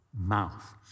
mouth